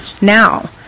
Now